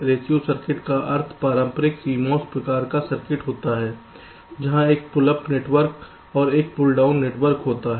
ratio circuit का अर्थ पारंपरिक CMOS प्रकार का सर्किट होता है जहां एक पुल अप नेटवर्क और एक पुल डाउन नेटवर्क होता है